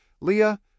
Leah